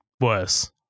worse